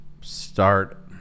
start